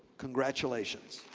congratulations.